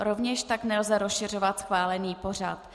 Rovněž tak nelze rozšiřovat schválený pořad.